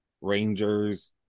Rangers